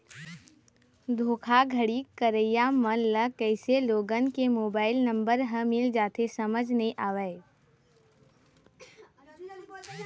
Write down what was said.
धोखाघड़ी करइया मन ल कइसे लोगन के मोबाईल नंबर ह मिल जाथे समझ नइ आवय